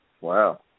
Wow